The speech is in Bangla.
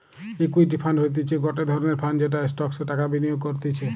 ইকুইটি ফান্ড হতিছে গটে ধরণের ফান্ড যেটা স্টকসে টাকা বিনিয়োগ করতিছে